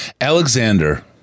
Alexander